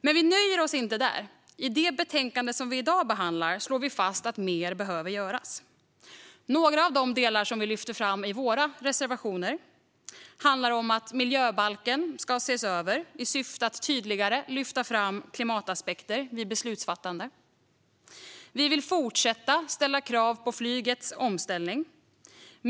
Men vi nöjer oss inte där. I det betänkande som vi behandlar i dag slår vi fast att mer behöver göras. Några av de delar som vi lyfter fram i våra reservationer är följande: Miljöbalken ska ses över i syfte att tydligare lyfta fram klimataspekter vid beslutsfattande. Vi vill fortsätta ställa krav på flygets omställning.